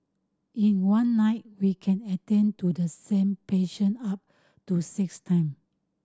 in one night we can attend to the same patient up to six time